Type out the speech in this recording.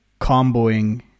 comboing